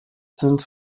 sind